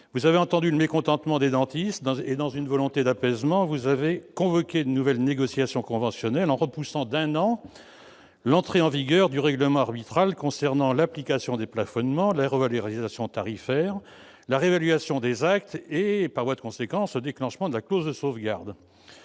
vous avez entendu le mécontentement des dentistes et, dans une volonté d'apaisement, vous avez convoqué une nouvelle négociation conventionnelle, en repoussant d'un an l'entrée en vigueur du règlement arbitral concernant l'application des plafonnements, la revalorisation tarifaire, la réévaluation des actes et, par voie de conséquence, le déclenchement de la clause de sauvegarde.